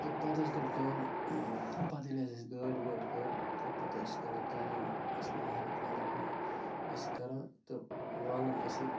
تہٕ پَتہٕ حظ کر کٲم پَتہٕ ییٚلہِ اَسہِ حظ اَسہِ گٲڑۍ وٲڑۍ کٔر تہٕ پَتہٕ ٲسۍ کَران کٲم ٲسٕم محنت وحنت پٮ۪وان أسۍ کَران تہٕ والَن ٲسۍ یہِ